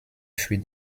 für